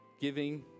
giving